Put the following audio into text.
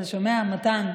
אתה שומע, מתן?